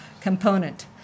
component